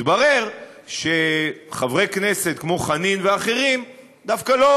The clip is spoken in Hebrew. מתברר שחברי כנסת כמו חנין ואחרים דווקא לא